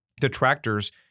detractors